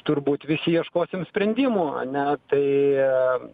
turbūt visi ieškosim sprendimų ane tai